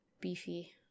beefy